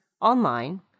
online